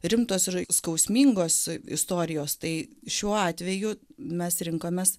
rimtos ir skausmingos istorijos tai šiuo atveju mes rinkomės